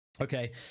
Okay